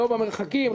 לא במרחקים,